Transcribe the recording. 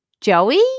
Joey